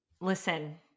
Listen